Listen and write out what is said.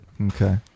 Okay